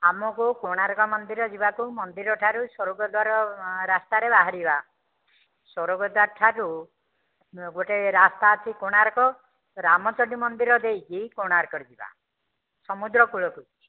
ଆମକୁ କୋଣାର୍କ ମନ୍ଦିର ଯିବାକୁ ମନ୍ଦିରଠାରୁ ସ୍ୱର୍ଗଦ୍ୱାର ରାସ୍ତାରେ ବାହାରିବା ସ୍ୱର୍ଗଦ୍ୱାରଠାରୁ ଗୋଟେ ରାସ୍ତା ଅଛି କୋଣାର୍କ ରାମଚଣ୍ଡୀ ମନ୍ଦିର ଦେଇକି କୋଣାର୍କ ଯିବା ସମୁଦ୍ର କୂଳକୁ